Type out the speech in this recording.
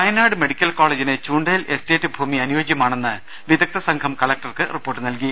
Wayanad medical കോളേജിന് ചുണ്ടേൽ എസ്റ്റേറ്റ്ഭൂമി അനുയോ ജൃമാണെന്ന് വിദഗ്ധസംഘം കളക്ടർക്ക് റിപ്പോർട്ട് നൽകി